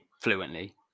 fluently